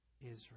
Israel